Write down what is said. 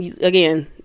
again